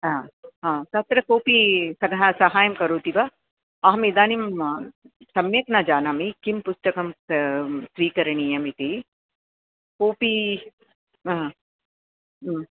हा हा तत्र कोऽपि ततः सहायं करोति वा अहम् इदानीं सम्यक् न जानामि किं पुस्तकं स्वीकरणीयमिति कोऽपि हा